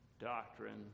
doctrine